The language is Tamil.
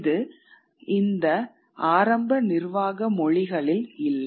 இது இந்த ஆரம்ப நிர்வாக மொழிகளில் இல்லை